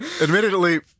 admittedly